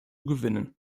gewinnen